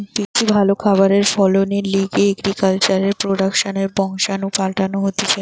বেশি ভালো খাবার ফলনের লিগে এগ্রিকালচার প্রোডাক্টসের বংশাণু পাল্টানো হতিছে